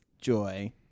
joy